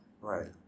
Right